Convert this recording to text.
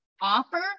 offer